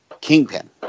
Kingpin